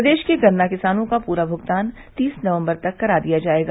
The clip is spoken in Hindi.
प्रदेश के गन्ना किसानों का पूरा भुगतान तीस नवम्बर तक करा दिया जायेगा